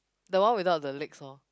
the one without the legs orh